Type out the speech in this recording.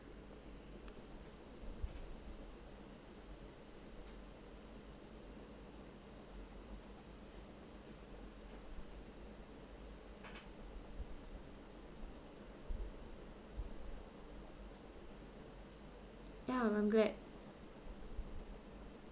ya I'm glad